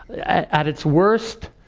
at its worst,